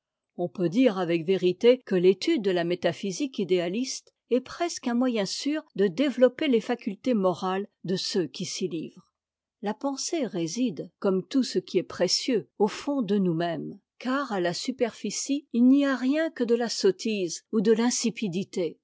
on peut dire avec vérité que l'étude de la métaphysique idéaliste est presque un moyen sûr de développer es facuttés mora es de ceux qui s'y tivrent la pensée réside comme tout ce qui est précieux au fond de nousmêmes car à la superficie il n'y a rien que de la sottise ou de l'insipidité